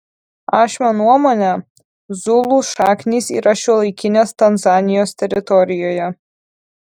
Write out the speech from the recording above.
ašmio nuomone zulų šaknys yra šiuolaikinės tanzanijos teritorijoje